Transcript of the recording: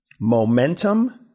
momentum